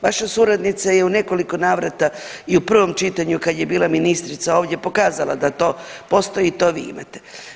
Vaša suradnica je u nekoliko navrata i u prvom čitanju kad je bila ministrica ovdje pokazala da to postoji i vi to imate.